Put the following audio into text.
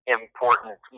important